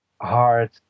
hard